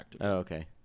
okay